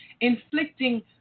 inflicting